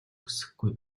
хүсэхгүй